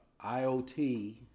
IoT